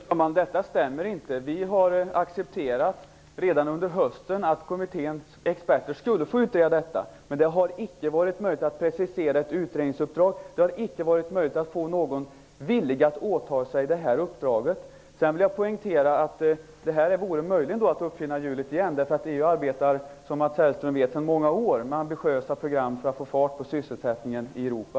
Herr talman! Detta stämmer inte. Vi accepterade redan under hösten att kommitténs experter skulle få utreda frågan, men det har icke varit möjligt att precisera ett utredningsuppdrag. Det har icke varit möjligt att få någon villig att åta sig detta uppdrag. Jag vill poängtera att det vore att uppfinna hjulet igen. EU arbetar som Mats Hellström vet sedan många år med ambitiösa program för att få fart på sysselsättningen i Europa.